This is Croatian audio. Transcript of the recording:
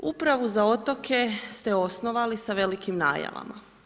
Upravu za otoke ste osnovali sa velikim najavama.